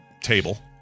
table